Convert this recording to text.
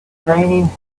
raining